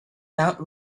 mount